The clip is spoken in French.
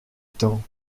tant